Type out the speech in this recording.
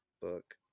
book